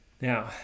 Now